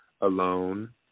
Alone